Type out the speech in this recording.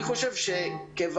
אני חושב שכוועדה,